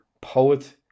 poet